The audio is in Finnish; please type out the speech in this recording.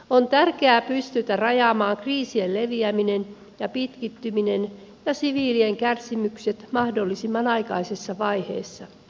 on tärkeätä pystyä rajaamaan kriisien leviäminen ja pitkittyminen ja siviilien kärsimykset mahdollisimman aikaisessa vaiheessa